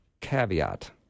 caveat